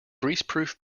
greaseproof